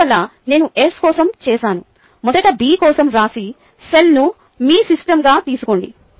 అందువల్ల నేను S కోసం చేసాను మొదట B కోసం వ్రాసి సెల్ ను మీ సిస్టమ్గా తీసుకోండి